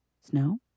Snow